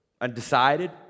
Undecided